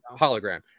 hologram